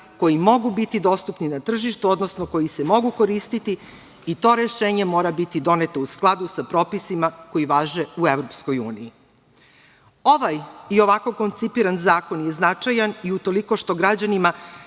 koji mogu biti dostupni na tržištu, odnosno koji se mogu koristiti. To rešenje mora biti doneto u skladu sa propisima koji važe u EU.Ovaj i ovako koncipiran zakon je značajan i utoliko što građanima